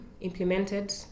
implemented